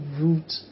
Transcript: root